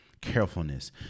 carefulness